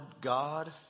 God